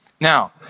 Now